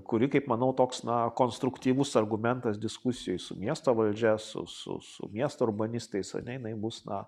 kuri kaip manau toks na konstruktyvus argumentas diskusijoj su miesto valdžia su su su miesto urbanistais ane jinai bus na